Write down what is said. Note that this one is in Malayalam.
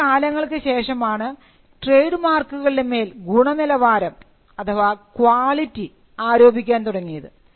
കുറെ കാലങ്ങൾക്ക് ശേഷമാണ് ട്രേഡ് മാർക്കുകളുടെ മേൽ ഗുണനിലവാരം ക്വാളിറ്റി ആരോപിക്കാൻ തുടങ്ങിയത്